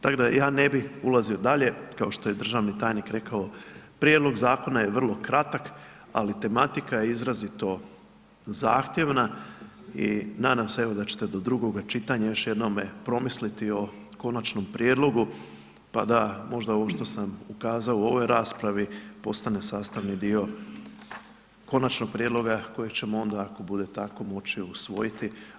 Tako da ja ne bih ulazio dalje kao što je državni tajnik rekao, prijedlog zakona je vrlo kratak, ali tematika je izrazito zahtjevna i nadam se da ćete do drugog čitanja još jednom promisliti o konačnom prijedlogu pa da možda ovo što sam ukazao u ovoj raspravi postane sastavni dio konačnog prijedloga kojeg ćemo onda ako bude tako moći usvojiti.